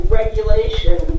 regulation